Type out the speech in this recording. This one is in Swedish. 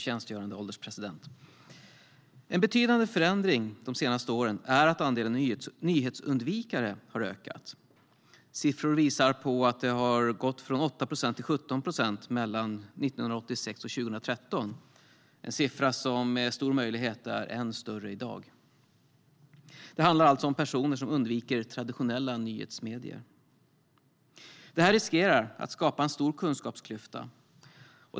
Fru ålderspresident! En betydande förändring de senaste åren är att andelen nyhetsundvikare har ökat från 8 procent till 17 procent mellan 1986 och 2013. Med stor sannolikhet är siffran ännu högre i dag. Det handlar om personer som undviker traditionella nyhetsmedier. Det här riskerar att skapa en stor kunskapsklyfta.